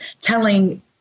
telling